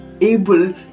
able